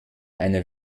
einer